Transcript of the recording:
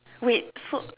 wait so